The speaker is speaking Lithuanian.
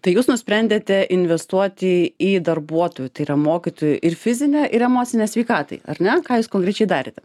tai jūs nusprendėte investuoti į darbuotojų tai yra mokytojų ir fizinę ir emocinę sveikatai ar ne ką jūs konkrečiai darėte